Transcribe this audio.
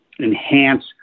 enhance